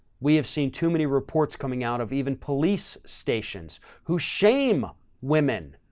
we have seen too many reports coming out of even police stations who shame women.